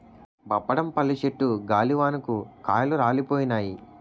బప్పడం పళ్ళు చెట్టు గాలివానకు కాయలు రాలిపోయినాయి